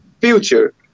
future